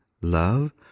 love